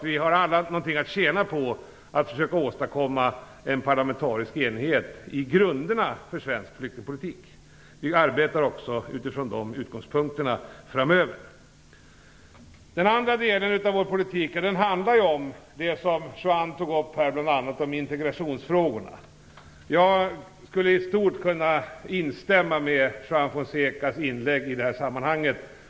Vi har alla något att tjäna på att försöka åstadkomma en parlamentarisk enighet om grunderna för svensk flyktingpolitik. Vi kommer också att arbeta efter dessa utgångspunkter framöver. Juan Fonseca tog upp integrationsfrågorna. Jag skulle i stort kunna instämma i Juan Fonsecas inlägg i detta sammanhang.